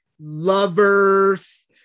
lovers